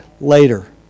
later